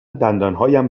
دندانهایم